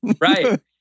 Right